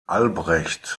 albrecht